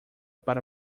para